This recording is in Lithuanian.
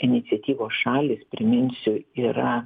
iniciatyvos šalys priminsiu yra